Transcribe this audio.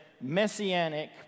messianic